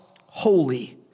holy